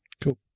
Cool